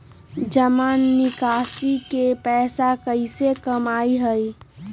जमा निकासी से पैसा कईसे कमाई होई?